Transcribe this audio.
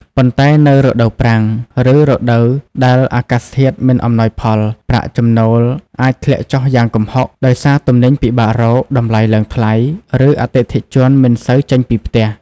ប៉ុន្តែនៅរដូវប្រាំង ឬរដូវដែលអាកាសធាតុមិនអំណោយផល ប្រាក់ចំណូលអាចធ្លាក់ចុះយ៉ាងគំហុក ដោយសារទំនិញពិបាករក តម្លៃឡើងថ្លៃ ឬអតិថិជនមិនសូវចេញពីផ្ទះ។